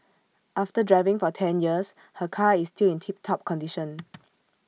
after driving for ten years her car is still in tip top condition